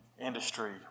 industry